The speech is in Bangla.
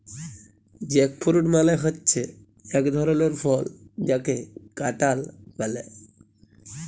জ্যাকফ্রুট মালে হচ্যে এক ধরলের ফল যাকে কাঁঠাল ব্যলে